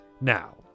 Now